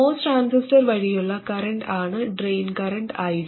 MOS transistor വഴിയുള്ള current ആണ് drain current ID